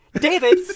David